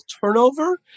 turnover